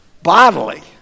bodily